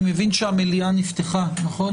אני מבין שהמליאה נפתחה, נכון?